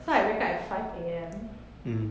so I wake up at five A_M